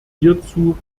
hierzu